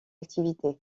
activité